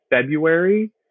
February